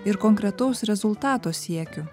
ir konkretaus rezultato siekiu